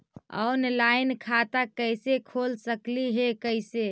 Online खाता कैसे खोल सकली हे कैसे?